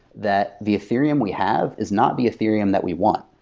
that the ethereum we have is not the ethereum that we want.